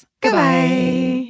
goodbye